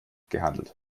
gehandelt